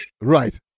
Right